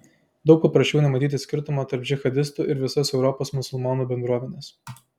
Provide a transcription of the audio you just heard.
daug paprasčiau nematyti skirtumo tarp džihadistų ir visos europos musulmonų bendruomenės